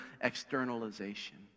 externalization